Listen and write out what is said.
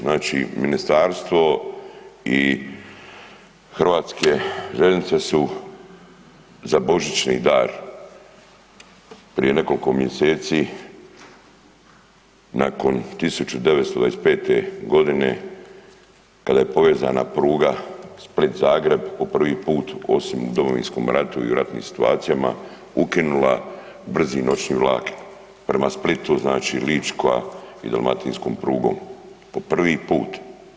Znači ministarstvo i HŽ su za božićni dar prije nekoliko mjeseci nakon 1925. godine kada je povezana pruga Split-Zagreb po prvi put osim u Domovinskom ratu i u ratnim situacijama ukinula brzi noćni vlak prema Splitu, znači lička i dalmatinskom prugom, po prvi put.